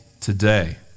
today